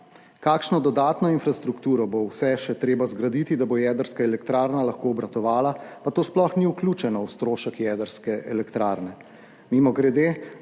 Kakšno dodatno infrastrukturo bo vse še treba zgraditi, da bo jedrska elektrarna lahko obratovala, pa to sploh ni vključeno v strošek jedrske elektrarne? Mimogrede,